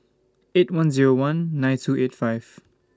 eight one Zero one nine two eight five